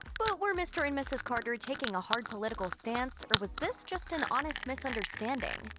but were mr. and mrs. carter taking a hard political stance, or was this just an honest misunderstanding?